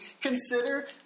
consider